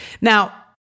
Now